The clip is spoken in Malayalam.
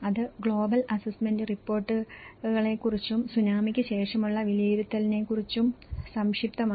അത് ഗ്ലോബൽ അസസ്മെന്റ് റിപ്പോർട്ടുകളെക്കുറിച്ചും സുനാമിക്ക് ശേഷമുള്ള വിലയിരുത്തലിനെക്കുറിച്ചും സംക്ഷിപ്തമാണ്